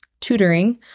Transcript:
tutoring